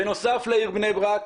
בנוסף לעיר בני ברק,